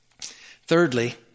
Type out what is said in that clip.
Thirdly